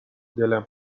دلم